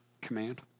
command